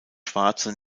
schwarze